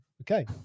okay